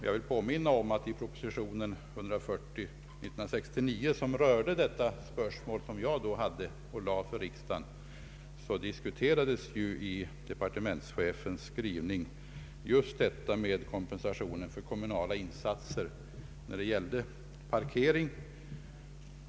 Jag vill erinra om att i proposition 141 år 1969, som rörde detta spörsmål och som jag lade fram för riksdagen, diskuterades i departementschefens skrivning just detta med kompensation för kommunala in satser när det gällde parkering.